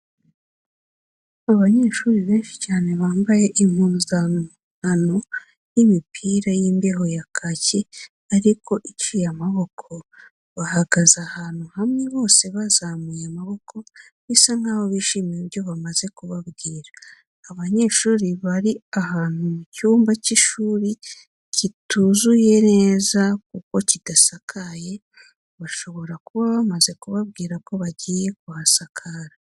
Abanyeshuri benshi cyane bambaye impuzankano y'imipira y'imbeho ya kaki ariko iciye amaboko, bahagaze ahantu hamwe bose bazamuye amaboko bisa nkaho bishimiye ibyo bamaze kubabwira. Aba banyeshuri bari ahantu mu cyumba cy'ishuri kituzuye neza kuko kidasakaye. Bashobora kuba bamaze kubabwira ko bagiye kuhasakara.